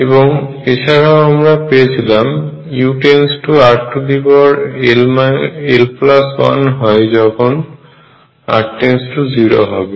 এবং এছাড়াও আমরা পেয়েছিলাম u rl1 হয় যখন r 0 হবে